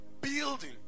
building